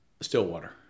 Stillwater